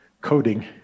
coding